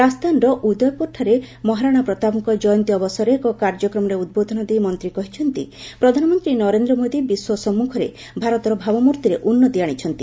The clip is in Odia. ରାଜସ୍ଥାନର ଉଦୟପୁରଠାରେ ମହାରଣା ପ୍ରତାପଙ୍କ କ୍ୟନ୍ତୀ ଅବସରରେ ଏକ କାର୍ଯ୍ୟକ୍ରମରେ ଉଦ୍ବୋଧନ ଦେଇ ମନ୍ତ୍ରୀ କହିଛନ୍ତି ପ୍ରଧାନମନ୍ତ୍ରୀ ନରେନ୍ଦ୍ର ମୋଦି ବିଶ୍ୱ ସମ୍ମୁଖରେ ଭାରତର ଭାବମ୍ଭିରେ ଉନ୍ନତି ଆଣିଛନ୍ତି